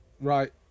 right